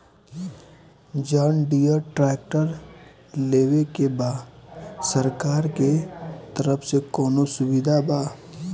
John Deere tractor लेवे के बा सरकार के तरफ से कौनो सुविधा बा?